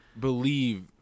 believe